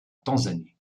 tanzanie